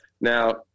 Now